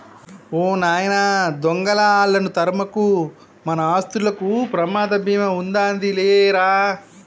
ఓ నాయన దొంగలా ఆళ్ళను తరమకు, మన ఆస్తులకు ప్రమాద భీమా ఉందాది లేరా